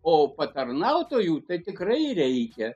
o patarnautojų tai tikrai reikia